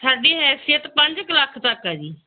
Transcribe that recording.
ਸਾਡੀ ਹੈਸੀਅਤ ਪੰਜ ਕੁ ਲੱਖ ਤੱਕ ਹੈ ਜੀ